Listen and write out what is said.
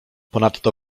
ponadto